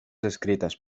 escritas